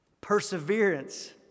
Perseverance